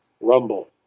Rumble